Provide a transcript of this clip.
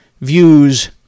views